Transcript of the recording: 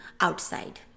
outside